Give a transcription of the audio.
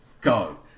Go